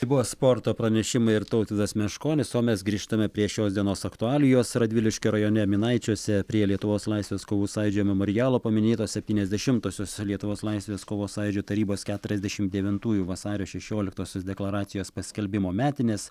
tai buvo sporto pranešimai ir tautvydas meškonis o mes grįžtame prie šios dienos aktualijos radviliškio rajone minaičiuose prie lietuvos laisvės kovų sąjūdžio memorialo paminėtos septyniasdešimtosios lietuvos laisvės kovos sąjūdžio tarybos keturiasdešimt devintųjų vasario šešioliktosios deklaracijos paskelbimo metinės